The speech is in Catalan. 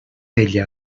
ella